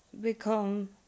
become